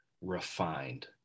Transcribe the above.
refined